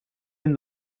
den